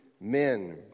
men